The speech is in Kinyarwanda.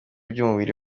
by’umubiri